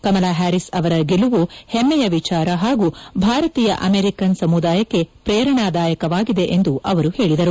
Kamala Harris ಅವರ ಗೆಲುವು ಹೆಮ್ಮೆಯ ವಿಚಾರ ಹಾಗೂ ಭಾರತೀಯ ಅಮೆರಿಕನ್ ಸಮುದಾಯಕ್ಕೆ ಪ್ರೇರಣಾದಾಯಕವಾಗಿದೆ ಎಂದು ಅವರು ಹೇಳಿದರು